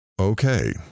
Okay